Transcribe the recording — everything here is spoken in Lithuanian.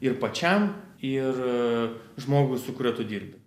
ir pačiam ir žmogui su kuriuo tu dirbi